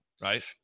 right